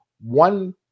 one